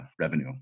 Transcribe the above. revenue